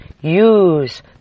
Use